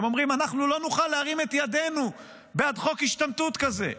הם אומרים: אנחנו לא נוכל להרים את ידנו בעד חוק השתמטות כזה.